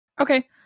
Okay